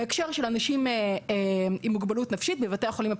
בהקשר של אנשים עם מוגבלות נפשית בבתי החולים הפסיכיאטריים,